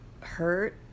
hurt